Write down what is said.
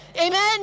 Amen